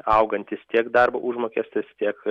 augantis tiek darbo užmokestis tiek